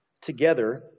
together